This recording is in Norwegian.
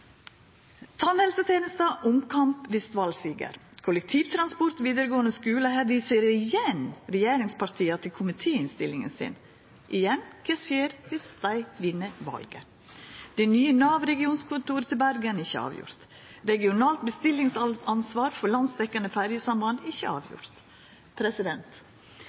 – omkamp dersom valsiger. Kollektivtransport, vidaregåande skule – her viser igjen regjeringspartia til komitéinnstillinga si. Igjen: Kva skjer dersom dei vinn valet? Det nye Nav-regionkontoret til Bergen er ikkje avgjort. Regionalt bestillingsansvar for landsdekkjande ferjesamband er ikkje avgjort.